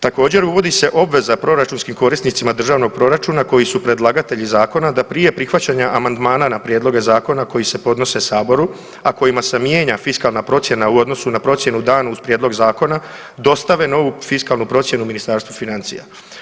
Također, uvodi se obveza proračunskim korisnicima državnog proračuna koji su predlagatelji zakona da prije prihvaćanja amandmana na prijedloge zakona koji se podnose Saboru, a kojima se mijenja fiskalna procjena u odnosu na procjenu danu uz prijedlog zakona, dostave novu fiskalnu procjenu Ministarstvu financija.